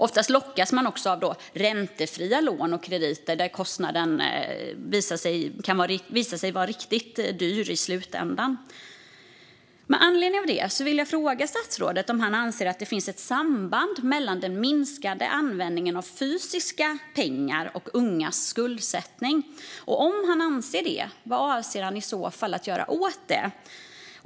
Oftast lockas man av räntefria lån och krediter där kostnaden i slutändan visar sig bli riktigt dyr. Med anledning av detta vill jag fråga statsrådet om han anser att det finns ett samband mellan den minskade användningen av fysiska pengar och ungas skuldsättning. Om han anser det, vad avser han i så fall att göra åt det?